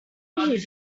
did